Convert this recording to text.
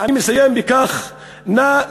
אני מסיים בכך, נא לחזור.